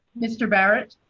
mr barrett